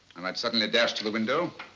and i'd suddenly dash to the window